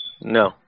No